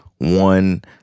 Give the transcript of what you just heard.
One